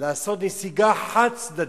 כלשהן לעשות נסיגה חד-צדדית.